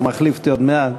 הוא מחליף אותי עוד מעט.